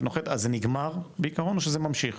אז זה נגמר או שזה ממשיך?